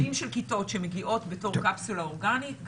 מוזיאונים זה מבנים של כיתות שמגיעות בתור קפסולה אורגנית,